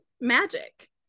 magic